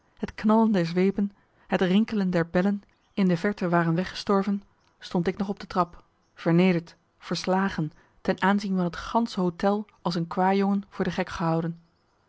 het knallen der zweepen het rinkelen der bellen in de verte waren weggestorven stond ik nog op de trap vernederd verslagen ten aanzien van het gansche hôtel als een kwajongen voor de gek gehouden